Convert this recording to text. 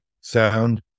Sound